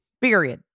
period